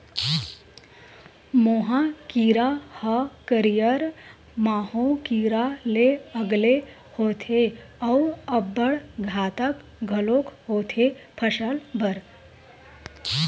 मोहा कीरा ह हरियर माहो कीरा ले अलगे होथे अउ अब्बड़ घातक घलोक होथे फसल बर